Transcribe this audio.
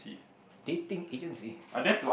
dating agency